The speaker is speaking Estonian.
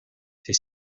siis